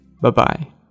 Bye-bye